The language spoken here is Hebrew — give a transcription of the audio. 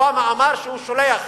אובמה אמר שהוא שולח